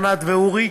ענת ואורי.